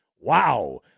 Wow